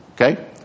Okay